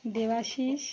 Debashis